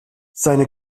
seine